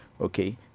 okay